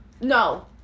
No